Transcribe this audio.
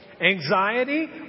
Anxiety